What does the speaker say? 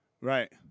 Right